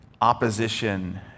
opposition